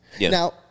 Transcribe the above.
Now